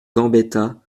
gambetta